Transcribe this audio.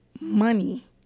money